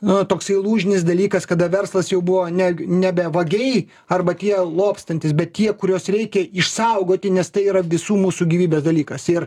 nu toksai lūžinis dalykas kada verslas jau buvo ne nebe vagiai arba tie lobstantys bet tie kuriuos reikia išsaugoti nes tai yra visų mūsų gyvybės dalykas ir